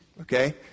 Okay